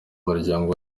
muryango